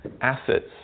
assets